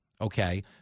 Okay